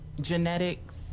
genetics